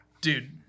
Dude